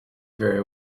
very